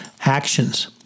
actions